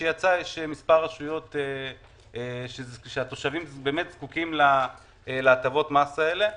יש מספר רשויות שתושביהן באמת זקוקים להטבות המס האלה.